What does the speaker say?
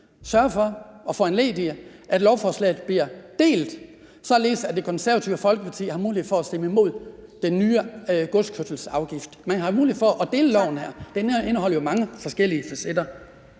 sørge for og foranledige, at lovforslaget bliver delt, således at Det Konservative Folkeparti har mulighed for at stemme imod den nye godskørselsafgift? Man har jo mulighed for at dele loven her. Den indeholder jo mange forskellige facetter.